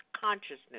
consciousness